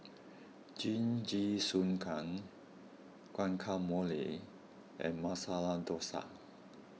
Jingisukan Guacamole and Masala Dosa